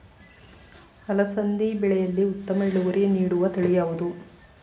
ಅಲಸಂದಿ ಬೆಳೆಯಲ್ಲಿ ಉತ್ತಮ ಇಳುವರಿ ನೀಡುವ ತಳಿ ಯಾವುದು?